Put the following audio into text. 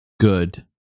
Good